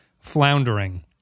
floundering